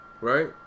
Right